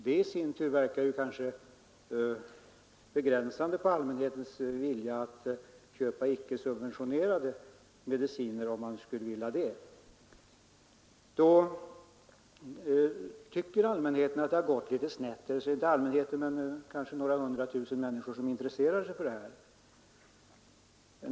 Detta i sin tur verkar kanske begränsande på allmänhetens vilja att köpa icke subventionerade mediciner. Då tycker allmänheten att det har gått litet snett, kanske inte hela allmänheten men några hundratusen människor som intresserar sig för det här.